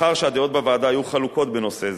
מאחר שהדעות בוועדה היו חלוקות בנושא זה,